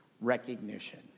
recognition